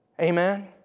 Amen